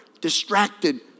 Distracted